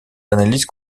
analyses